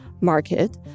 market